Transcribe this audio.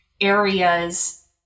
areas